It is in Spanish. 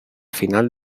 final